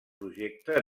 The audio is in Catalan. projecte